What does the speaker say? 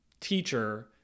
teacher